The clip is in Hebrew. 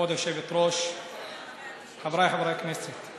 כבוד היושבת-ראש, חבריי חברי הכנסת,